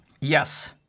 yes